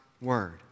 Word